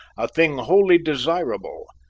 a thing wholly desirable,